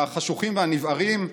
החשוכים והנבערים,